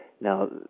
Now